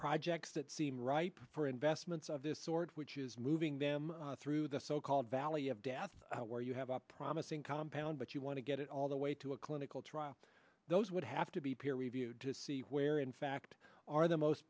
projects that seem right for investments of this sort which is moving them through the so called valley of death where you have a promising compound but you want to get it all the way to a clinical trial those would have to peer reviewed to see where in fact are the most